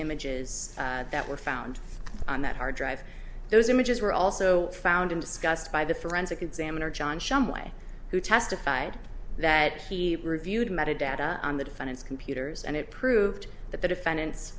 images that were found on that hard drive those images were also found and discussed by the forensic examiner john shumway who testified that he reviewed metadata on the defendant's computers and it proved that the defendant